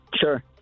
Sure